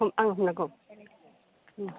आं होननांगौ होम